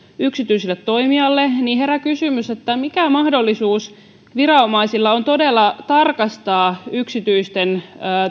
yksityiselle toimijalle herää kysymys mikä mahdollisuus viranomaisilla on todella tarkastaa yksityisten